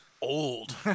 old